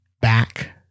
back